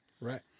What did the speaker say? Right